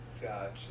Gotcha